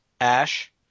Ash